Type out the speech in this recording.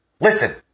listen